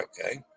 okay